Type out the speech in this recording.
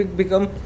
become